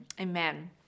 Amen